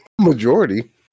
majority